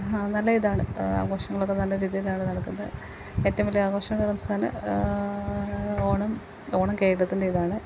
അതു നല്ല ഇതാണ് ആഘോഷങ്ങളൊക്കെ നല്ല രീതിയിലാണ് നടക്കുന്നത് ഇപ്പേറ്റവും വലിയ ആഘോഷങ്ങൾ റംസാൻ ഓണം ഓണം കേരളത്തിൻറ്റേതാണ്